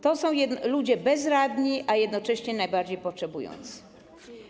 To są ludzie bezradni, a jednocześnie są oni najbardziej potrzebujący.